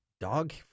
dog